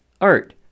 art